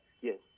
yes